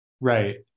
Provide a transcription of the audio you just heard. Right